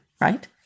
right